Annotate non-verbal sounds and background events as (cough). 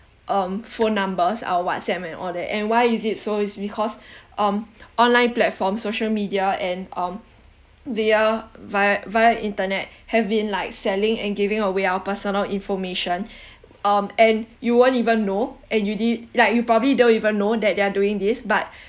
um phone numbers our whatsapp and all that and why is it so it's because (breath) um online platform social media and um they are via via internet have been like selling and giving away our personal information (breath) um and you won't even know and you did~ like you probably don't even know that they're doing this but